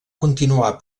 continuar